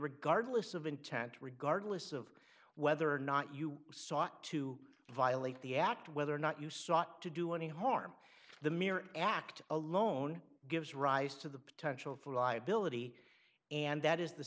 regardless of intent regardless of whether or not you sought to violate the act whether or not you sought to do any harm the mere act alone gives rise to the potential for liability and that is the